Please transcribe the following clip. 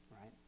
right